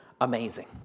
amazing